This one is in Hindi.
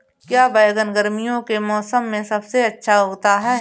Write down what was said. क्या बैगन गर्मियों के मौसम में सबसे अच्छा उगता है?